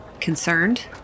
concerned